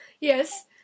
Yes